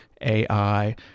AI